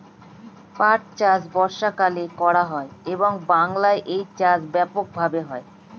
পাট চাষ বর্ষাকালে করা হয় এবং বাংলায় এই চাষ ব্যাপক ভাবে হয়